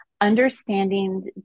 understanding